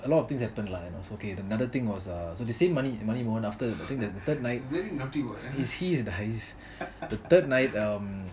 a lot of things happen lah you know so okay another thing was err the same mani மோகன்:mohan after that thing the third night he's the he's the third night